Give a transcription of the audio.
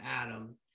Adam